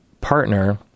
partner